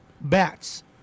bats